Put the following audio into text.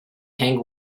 hank